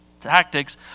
tactics